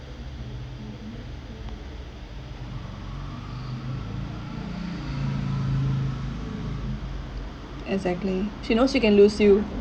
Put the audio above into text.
exactly she knows she can lose you